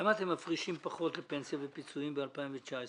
למה אתם מפרישים פחות לפנסיה ופיצויים ב-2019?